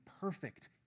perfect